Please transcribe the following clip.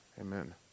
Amen